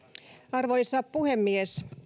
arvoisa puhemies